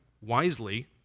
wisely